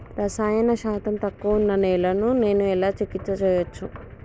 రసాయన శాతం తక్కువ ఉన్న నేలను నేను ఎలా చికిత్స చేయచ్చు?